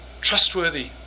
trustworthy